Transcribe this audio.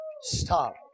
stop